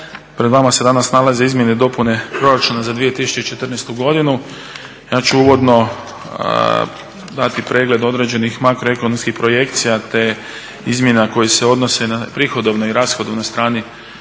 Pred vama se danas nalazi Izmjene i dopune proračuna za 2014.godinu. Ja ću uvodno dati pregled određenih makroekonomskih projekcija te izmjena koje se odnose na prihodovnoj i rashodovnoj strani